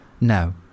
No